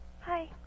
Hi